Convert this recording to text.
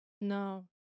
No